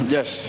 Yes